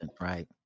Right